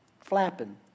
flapping